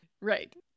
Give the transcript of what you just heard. right